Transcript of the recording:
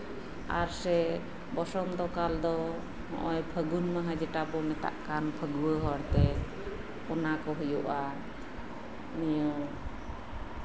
ᱟᱨ ᱵᱚᱥᱚᱱᱛᱚ ᱠᱟᱞ ᱫᱚ ᱯᱷᱟᱹᱜᱩᱱ ᱵᱚᱸᱜᱟ ᱡᱮᱴᱟ ᱵᱚᱱ ᱢᱮᱛᱟᱜ ᱠᱟᱱ ᱡᱮᱴᱟ ᱵᱚᱱ ᱢᱮᱛᱟᱜ ᱠᱟᱱ ᱯᱷᱟᱹᱜᱩᱣᱟᱹ ᱦᱚᱲᱛᱮ ᱚᱱᱟ ᱠᱚ ᱦᱩᱭᱩᱜᱼᱟ ᱱᱤᱭᱟᱹ